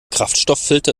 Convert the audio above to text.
kraftstofffilter